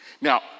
Now